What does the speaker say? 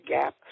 gap